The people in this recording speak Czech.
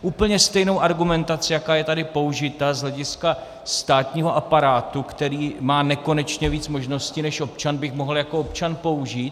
Úplně stejnou argumentací, jaká je tady použita z hlediska státního aparátu, který má nekonečně víc možností než občan, bych mohl jako občan použít.